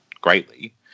greatly